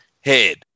head